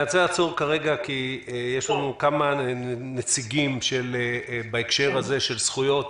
אני רוצה לעצור כרגע כי יש לנו כמה נציגים בהקשר של זכויות